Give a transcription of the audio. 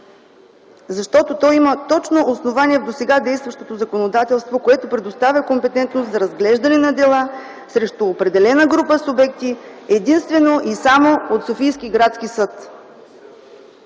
защото то има точно основание в досега действащото законодателство, което предоставя компетентност за разглеждане на дела срещу определена група субекти единствено и само от Софийския градски съд.